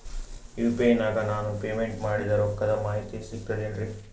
UPI ನಾಗ ನಾನು payment ಮಾಡಿದ ರೊಕ್ಕದ ಮಾಹಿತಿ ಸಿಕ್ತಾತೇನ್ರೀ?